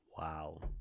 Wow